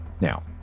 Now